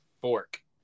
Fork